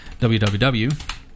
www